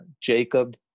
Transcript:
Jacob